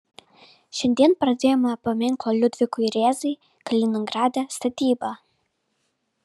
šiandien pradėjome paminklo liudvikui rėzai kaliningrade statybą